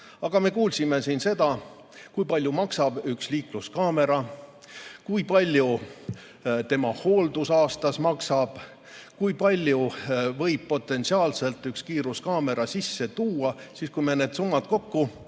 Aga me kuulsime siin, kui palju maksab üks liikluskaamera, kui palju selle hooldus igal aastal maksab ja kui palju võib potentsiaalselt üks kiiruskaamera sisse tuua. Kui me need summad kokku